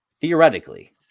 theoretically